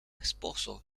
esposo